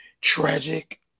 tragic